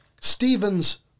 Stephen's